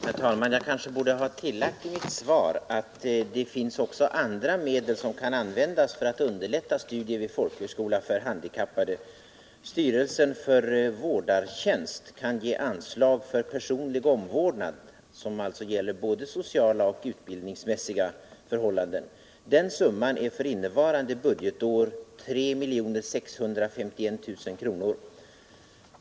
Herr talman! Jag kanske borde ha tillagt i mitt svar att det också finns andra medel som kan användas för att underlätta studier vid folkhögskola för handikappade. Styrelsen för vårdartjänst kan ge anslag för personlig omvårdnad, som gäller både sociala och utbildningsmässiga förhållanden. Den summan är för innevarande budgetår 3 651 000 kr.